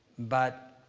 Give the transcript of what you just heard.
but.